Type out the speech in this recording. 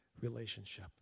relationship